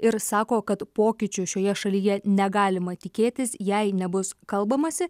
ir sako kad pokyčių šioje šalyje negalima tikėtis jei nebus kalbamasi